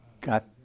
got